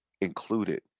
included